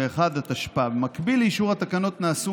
התשפ"א 2021. במקביל לאישור התקנות נעשו